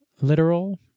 literal